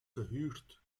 gehuurd